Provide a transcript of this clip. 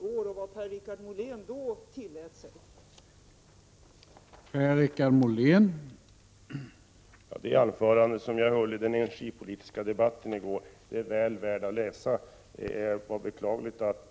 Där kan man läsa vad Per-Richard Molén då tillät sig att säga.